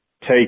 take